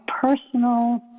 personal